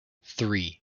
three